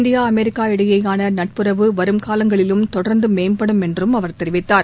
India America இடையேயான நட்புறவு வரும் காலங்களிலும் தொடர்ந்து மேம்படும் என்றும் அவர் தெரிவித்தார்